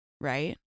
right